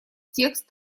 текст